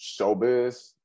showbiz